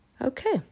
Okay